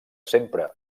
sempre